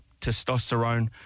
testosterone